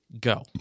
Go